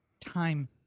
time